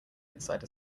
inside